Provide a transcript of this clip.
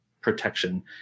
protection